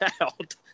out